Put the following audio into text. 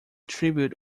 tribute